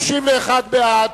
31 בעד,